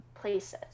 places